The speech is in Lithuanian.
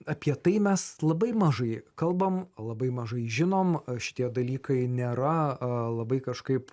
apie tai mes labai mažai kalbam labai mažai žinom šitie dalykai nėra labai kažkaip